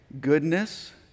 goodness